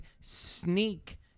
sneak